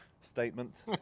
statement